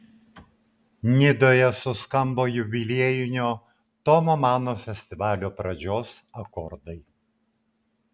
nidoje suskambo jubiliejinio tomo mano festivalio pradžios akordai